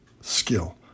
skill